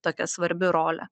tokia svarbi rolė